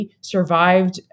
survived